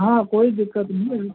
हाँ कोई दिक़्क़त नहीं है